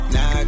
Now